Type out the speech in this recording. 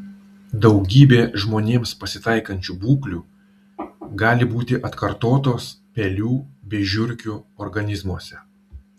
daugybė žmonėms pasitaikančių būklių gali būti atkartotos pelių bei žiurkių organizmuose